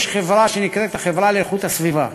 יש חברה שנקראת החברה לאיכות הסביבה,